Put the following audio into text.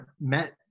met